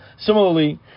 Similarly